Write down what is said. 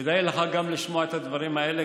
כדאי לך לשמוע גם את הדברים האלה,